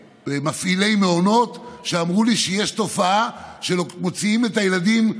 מפעילי מעונות אמרו לי שיש תופעה של הורים שמוציאים את הילדים,